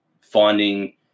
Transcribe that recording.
finding